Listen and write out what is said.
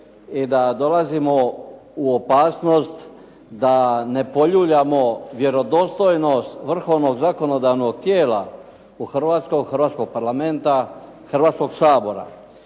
i da dolazimo u opasnost da ne poljuljamo vjerodostojnost vrhovnog zakonodavnog tijela u Hrvatskoj, hrvatskog Parlamenta, Hrvatskog sabora.